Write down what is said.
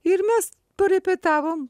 ir mes parepetavom